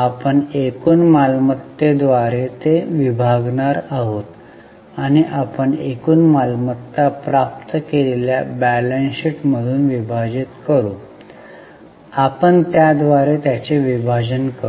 आपण एकूण मालमत्तेद्वारे ते विभागणार आहोत आणि आपण एकूण मालमत्ता प्राप्त केलेल्या बॅलन्स शीट मधून विभाजित करू आपण त्याद्वारे त्याचे विभाजन करू